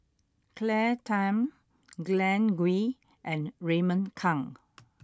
Claire Tham Glen Goei and Raymond Kang